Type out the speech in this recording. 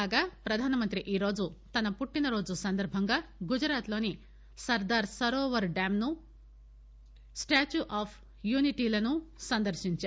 కాగా ప్రధానమంత్రి ఈరోజు తన పుట్టినరోజు సందర్బంగా గుజరాత్ లోని సర్దార్ సరోవర్ డ్యాంను స్టాచ్యూ ఆఫ్ యూనిటీ లను సందర్శించారు